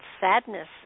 sadness